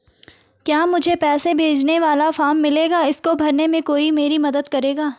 क्या मुझे पैसे भेजने वाला फॉर्म मिलेगा इसको भरने में कोई मेरी मदद करेगा?